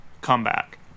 comeback